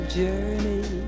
journey